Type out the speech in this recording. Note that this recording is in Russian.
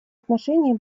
отношении